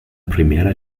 primera